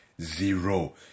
Zero